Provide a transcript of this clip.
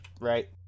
Right